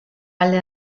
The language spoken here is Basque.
alde